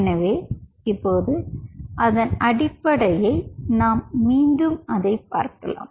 எனவே இப்போது அதன் அடிப்படையில் நாம் மீண்டும் அதை பார்க்கலாம்